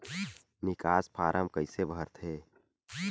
निकास फारम कइसे भरथे?